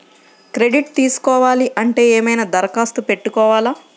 Credit తీసుకోవాలి అంటే ఏమైనా దరఖాస్తు పెట్టుకోవాలా?